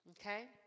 okay